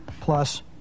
plus